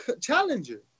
challenger